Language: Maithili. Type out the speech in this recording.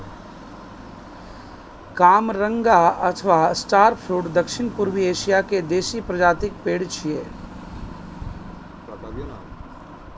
कामरंगा अथवा स्टार फ्रुट दक्षिण पूर्वी एशिया के देसी प्रजातिक पेड़ छियै